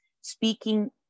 speaking